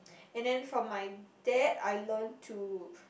and then from my dad I learn to